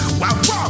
wow